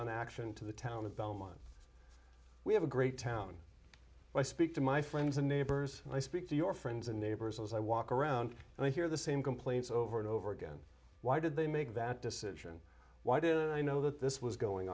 on action to the town of belmont we have a great town i speak to my friends and neighbors and i speak to your friends and neighbors as i walk around and i hear the same complaints over and over again why did they make that decision why did i know that this was going